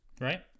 right